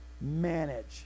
manage